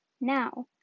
Now